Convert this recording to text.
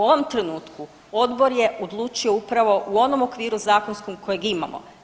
U ovom trenutku odbor je odlučio upravo u onom okviru zakonskom kojeg imamo.